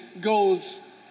goes